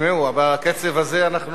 והוא